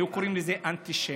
היו קוראים לזה אנטישמיות.